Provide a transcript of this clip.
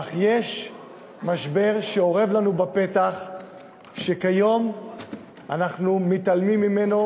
אך יש משבר שאורב לנו בפתח וכיום אנחנו מתעלמים ממנו,